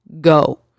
go